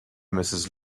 mrs